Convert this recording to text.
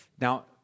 Now